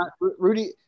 Rudy